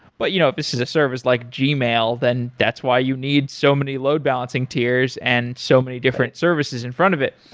but you know if this is a service like gmail, then that's why you need so many load-balancing tears and so many different services in front of it.